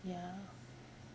ya